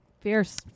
Fierce